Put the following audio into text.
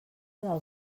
del